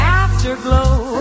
afterglow